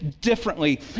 differently